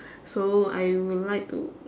so I will like to